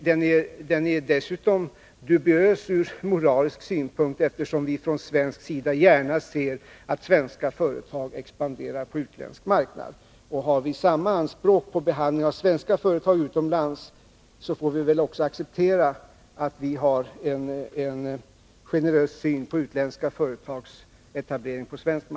Den är dessutom dubiös ur moralisk synpunkt, eftersom vi från svensk sida gärna ser att svenska företag expanderar på utländsk marknad. Har vi samma anspråk på behandlingen av svenska företag utomlands, får det väl också accepteras att vi har en generös syn på Nr 98